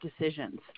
decisions